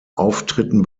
auftritten